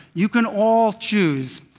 you can all choose.